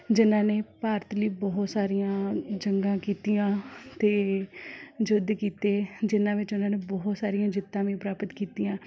ਜਿਨ੍ਹਾਂ ਨੇ ਭਾਰਤ ਲਈ ਬਹੁਤ ਸਾਰੀਆਂ ਜੰਗਾਂ ਕੀਤੀਆਂ ਅਤੇ ਯੁੱਧ ਕੀਤੇ ਜਿਨ੍ਹਾਂ ਵਿੱਚ ਉਹਨਾਂ ਨੇ ਬਹੁਤ ਸਾਰੀਆਂ ਜਿੱਤਾਂ ਵੀ ਪ੍ਰਾਪਤ ਕੀਤੀਆਂ